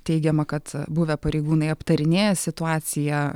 teigiama kad buvę pareigūnai aptarinėja situaciją